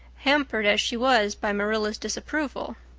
hampered as she was by marilla's disapproval.